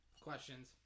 Questions